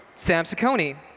sam saccone,